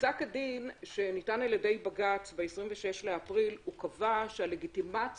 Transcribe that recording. בפסק הדין שניתן על ידי בג"צ ב-26 לאפריל הוא קבע שהלגיטימציה